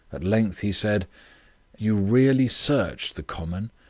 at length he said you really searched the common?